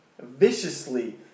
viciously